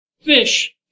fish